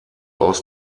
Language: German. aus